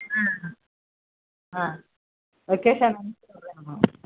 ஆ ஆ லொக்கேஷன் அனுப்பிவிடுறேன் நானு